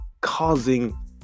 causing